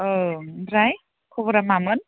औ ओमफ्राय खबरा मामोन